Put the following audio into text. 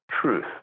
truth